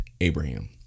Abraham